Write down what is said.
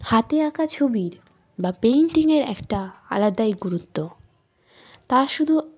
হাতে আঁকা ছবির বা পেন্টিংয়ের একটা আলাদাই গুরুত্ব তা শুধু